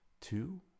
two